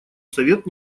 совет